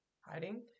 Hiding